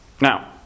Now